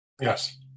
Yes